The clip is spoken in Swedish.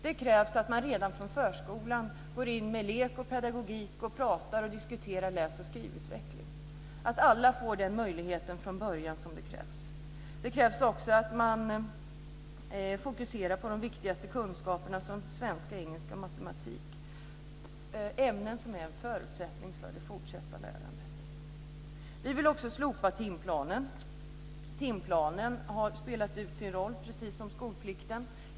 Det krävs att man redan från förskolan går in med lek och pedagogik, pratar och diskuterar läs och skrivutveckling, att alla får den möjlighet från början som krävs. Det krävs också att man fokuserar de viktigaste kunskaperna som svenska, engelska och matematik, ämnen som är en förutsättning för det fortsatta lärandet. Vi vill också slopa timplanen, timplanen har spelat ut sin roll, precis som skolplikten.